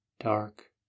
dark